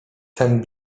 ten